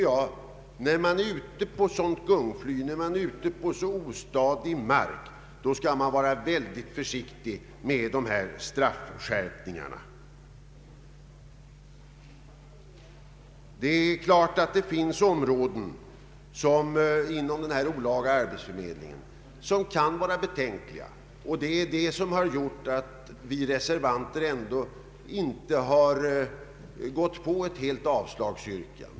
Jag anser att man skall vara mycket försiktig med dessa straffskärpningar när man är ute på så ostadig mark. Det finns självfallet områden inom denna olaga arbetsförmedling som kan vara betänkliga, och det har gjort att vi reservanter ändå inte gått på ett helt avslagsyrkande.